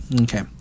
Okay